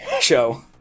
show